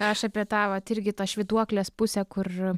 aš apie tą vat irgi tą švytuoklės pusę kur